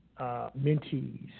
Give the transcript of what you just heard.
mentees